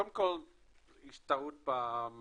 קודם כל יש טעות בכותרת,